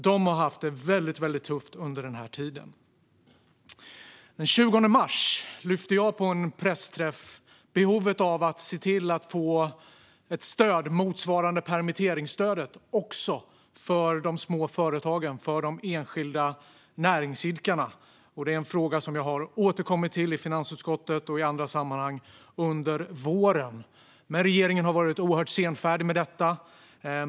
De har haft det väldigt tufft under den här tiden. Den 20 mars lyfte jag på en pressträff fram behovet av att se till att få stöd motsvarande permitteringsstödet också för de små företagen och de enskilda näringsidkarna. Det är en fråga som jag har återkommit till i finansutskottet och i andra sammanhang under våren. Regeringen har varit oerhört senfärdig med detta.